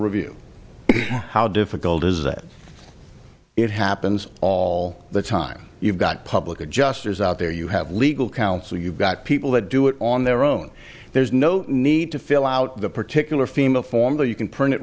review how difficult is it it happens all the time you've got public adjusters out there you have legal counsel you've got people that do it on their own there's no need to fill out the particular female form that you can print